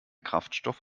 kraftstoff